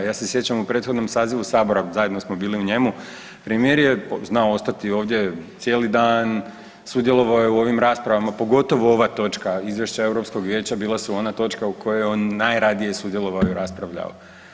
Ja se sjećam u prethodnom sazivu Sabora zajedno smo bili u njemu, premijer je znao ostati ovdje cijeli dan, sudjelovao je u ovim raspravama pogotovo ova točka izvješće Europskog vijeća bila su ona točka u kojoj je on najradije sudjelovao i raspravljao.